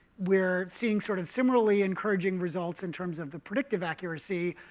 we're seeing sort of similarly encouraging results in terms of the predictive accuracy.